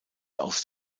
aus